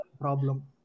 problem